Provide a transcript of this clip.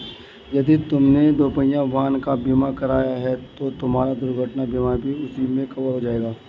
यदि तुमने दुपहिया वाहन का बीमा कराया है तो तुम्हारा दुर्घटना बीमा भी उसी में कवर हो जाएगा